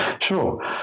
Sure